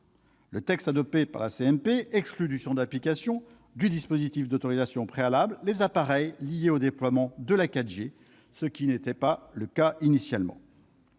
le texte adopté par la CMP exclut du champ d'application du dispositif d'autorisation préalable les appareils liés au déploiement de la 4G, ce qui n'était pas le cas initialement.